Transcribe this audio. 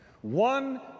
One